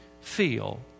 feel